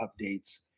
updates